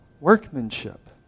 workmanship